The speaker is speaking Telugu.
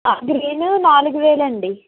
ఆ గ్రీను నాలుగు వేలు అండి